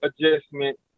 adjustment